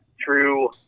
true